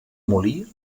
molí